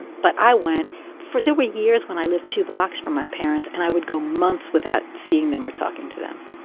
but i went for there were years when i lived two blocks from my parents and i would go months without seeing them or talking to them.